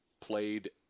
played